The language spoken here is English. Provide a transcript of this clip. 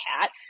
cat